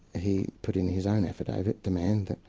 he put in his own affidavit, the man,